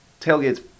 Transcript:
tailgates